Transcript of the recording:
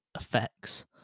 effects